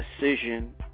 decision